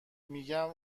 میگم